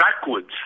backwards